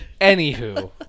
Anywho